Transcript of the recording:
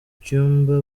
cyumba